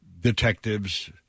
detectives